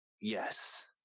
yes